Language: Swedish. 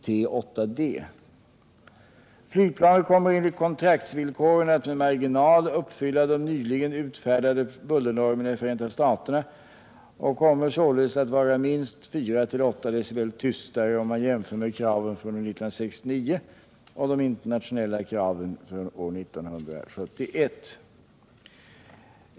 Flygplanet — Stockholmsregiokommer enligt kontraktsvillkoren att med marginal uppfylla de nyligen — nen utfärdade bullernormerna i Förenta staterna och kommer således att vara minst 4-8 dB tystare om man jämför med kraven från år 1969 och de internationella kraven från år 1971.